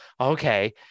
okay